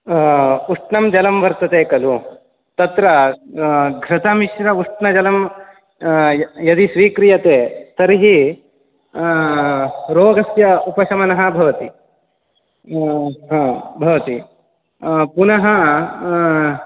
उष्णं जलं वर्तते खलु तत्र घृतमिश्र उष्णजलं यदि स्वीक्रियते तर्हि रोगस्य उपशमनः भवति भवति पुनः